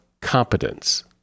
competence